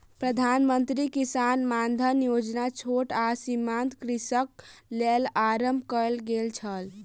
प्रधान मंत्री किसान मानधन योजना छोट आ सीमांत कृषकक लेल आरम्भ कयल गेल छल